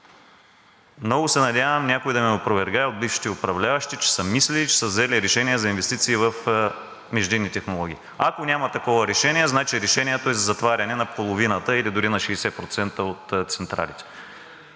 Много се надявам някой да ме опровергае от бившите управляващи, че са мислили, че са взели решение за инвестиции в междинни технологии. Ако няма такова решение, значи решението е за затваряне на половината или дори на 60% от централите.